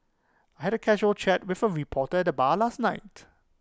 had A casual chat with A reporter the bar last night